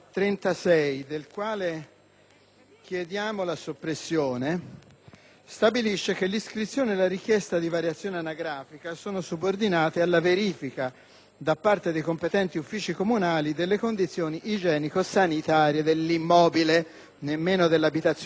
stabilisce che l'iscrizione e la richiesta di variazione anagrafica sono subordinate alla verifica, da parte dei competenti uffici comunali, delle condizioni igienico-sanitarie dell'immobile, nemmeno dall'abitazione ma dell'immobile, in cui il richiedente intende fissare la propria residenza.